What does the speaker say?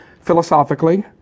Philosophically